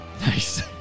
nice